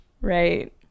Right